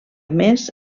més